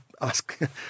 ask